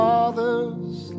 Father's